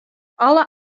alle